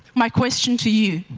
my question to you